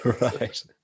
Right